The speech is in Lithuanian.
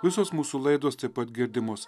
visos mūsų laidos taip pat girdimos